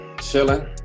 chilling